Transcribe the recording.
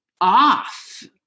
off